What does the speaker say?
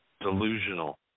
Delusional